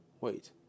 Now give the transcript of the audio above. wait